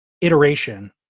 iteration